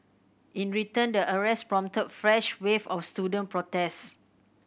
in return the arrests prompted fresh waves of student protests